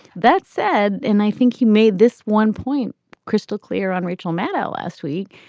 that said, and i think he made this one point crystal clear on rachel maddow last week.